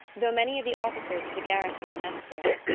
though many of the officers of the garrison mess there.